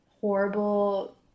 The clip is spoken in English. horrible